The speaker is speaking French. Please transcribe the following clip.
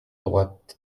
droite